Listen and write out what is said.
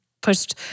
pushed